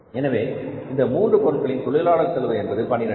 எனவே இந்த மூன்று பொருட்களின் தொழிலாளர் செலவு என்பது 12